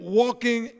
walking